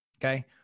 Okay